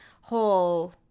whole